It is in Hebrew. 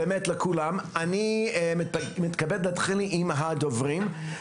אני מתכבד להתחיל עם הדוברים,